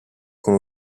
con